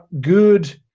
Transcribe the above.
good